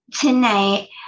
tonight